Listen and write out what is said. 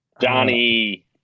Johnny